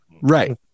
right